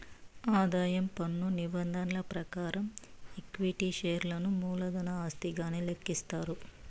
ఆదాయం పన్ను నిబంధనల ప్రకారం ఈక్విటీ షేర్లను మూలధన ఆస్తిగానే లెక్కిస్తారు